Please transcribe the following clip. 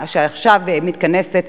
שעכשיו מתכנסת,